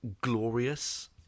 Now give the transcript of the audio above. glorious